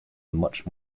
much